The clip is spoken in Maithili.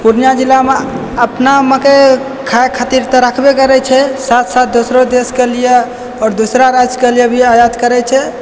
पुर्णियाँ जिलामे अपना मकई खाइ खातिर तऽ राखबे करैत छै साथ साथ दूसरा देशके लिए दूसरा राज्यके लिए भी आयात करैत छै